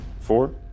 four